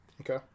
Okay